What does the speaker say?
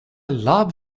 love